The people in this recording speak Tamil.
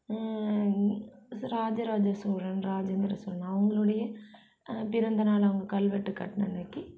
ராஜராஜசோழன் ராஜேந்திர சோழன் அவங்களுடைய பிறந்தநாள் அவங்க கல்வெட்டு கட்டின அன்னைக்கி